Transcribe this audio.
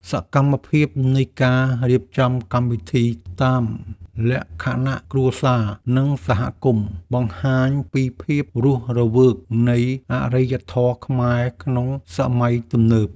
សកម្មភាពនៃការរៀបចំកម្មវិធីតាមលក្ខណៈគ្រួសារនិងសហគមន៍ បង្ហាញពីភាពរស់រវើកនៃអរិយធម៌ខ្មែរក្នុងសម័យទំនើប។